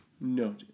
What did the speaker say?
No